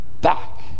Back